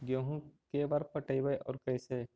गेहूं के बार पटैबए और कैसे?